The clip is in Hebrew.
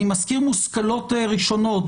אני מזכיר מושכלות ראשונות,